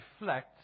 reflects